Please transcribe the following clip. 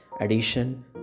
addition